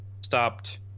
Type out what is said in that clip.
stopped